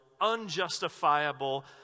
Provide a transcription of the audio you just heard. unjustifiable